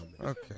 Okay